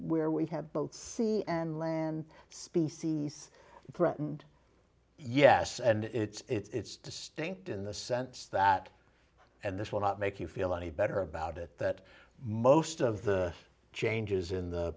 where we have both sea and land species threatened yes and it's distinct in the sense that and this will not make you feel any better about it that most of the changes in the